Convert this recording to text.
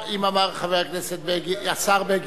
אם אמר השר בגין,